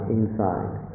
inside